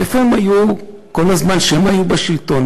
איפה הם היו כל הזמן כשהם היו בשלטון?